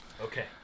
Okay